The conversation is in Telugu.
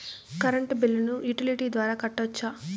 కరెంటు బిల్లును యుటిలిటీ ద్వారా కట్టొచ్చా?